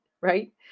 right